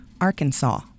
arkansas